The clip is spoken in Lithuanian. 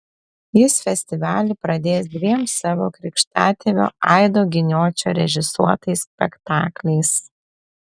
jis festivalį pradės dviem savo krikštatėvio aido giniočio režisuotais spektakliais